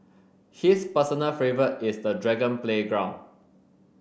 his personal favourite is the dragon playground